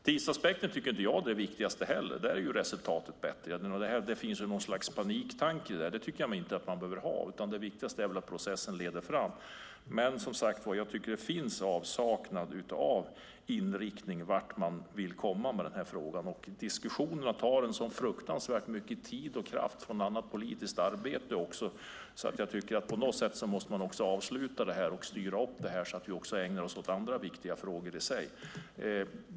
Tidsaspekten är inte det viktigaste, utan resultat är bättre. Det finns något slags paniktanke här, men det tycker jag inte att man behöver ha. Det viktigaste är att processen leder fram. Men jag tycker, som sagt, att det finns en avsaknad av inriktning, vart man vill komma med frågan. Diskussionerna tar fruktansvärt mycket tid och kraft från annat politiskt arbete, så på något sätt måste man avsluta och styra upp det här så att vi kan ägna oss åt andra viktiga frågor.